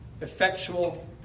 effectual